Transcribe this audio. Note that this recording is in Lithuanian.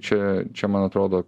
čia čia man atrodo